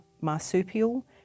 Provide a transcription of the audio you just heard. marsupial